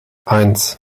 eins